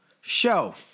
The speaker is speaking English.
show